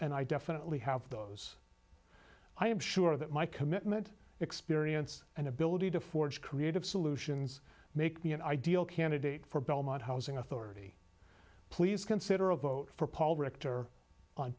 and i definitely have those i am sure that my commitment experience and ability to forge creative solutions make me an ideal candidate for belmont housing authority please consider a vote for paul rector on